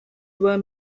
were